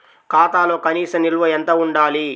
ఖాతాలో కనీస నిల్వ ఎంత ఉండాలి?